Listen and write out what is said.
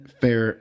fair